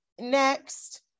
Next